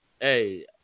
hey